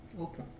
Open